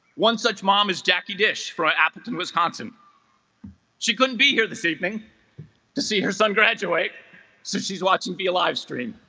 one such mom is jackie dish for our appleton wisconsin she couldn't be here this evening to see her son graduate so she's watching via livestream